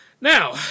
Now